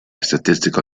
statistical